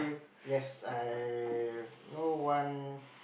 yes I know one